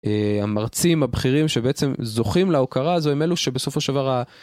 המרצים הבכירים שבעצם זוכים להוקרה זה הם אלו שבסופו של דבר.